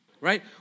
right